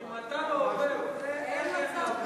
אם אתה לא עובר, איך הם יעברו?